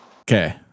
Okay